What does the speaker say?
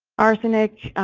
arsenic,